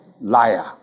liar